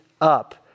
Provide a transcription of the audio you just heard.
up